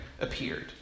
appeared